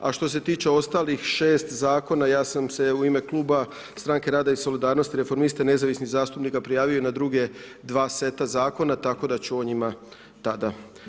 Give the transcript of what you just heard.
A što se tiče ostalih 6 zakona, ja sam se u ime kluba stranke rada i solidarnosti, reformista i nezavisnih zastupnika prijavio i na druga dva seta zakona, tako da ću o njima tada.